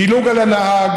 דילוג על הנהג,